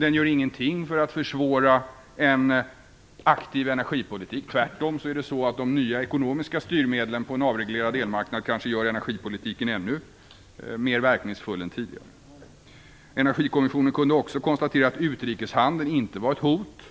Den gör ingenting för att försvåra en aktiv energipolitik - tvärtom gör kanske de nya ekonomiska styrmedlen på en avreglerad elmarknad energipolitiken ännu mer verkningsfull än tidigare. Energikommissionen kunde också konstatera att utrikeshandeln inte var ett hot